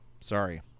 Sorry